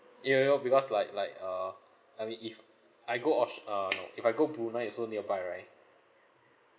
you know know because like like uh I mean if I go aus~ uh no if I go brunei also nearby right